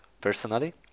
personally